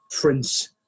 prince